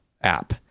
app